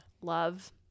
Love